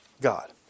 God